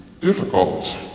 Difficult